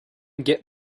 get